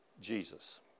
Jesus